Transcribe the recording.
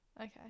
Okay